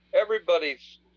everybody's